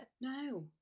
No